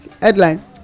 headline